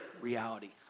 reality